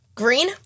green